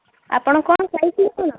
ଆପଣ କ'ଣ ଖାଇଥିଲେ କ'ଣ